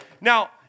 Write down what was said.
Now